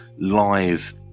live